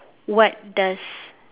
what does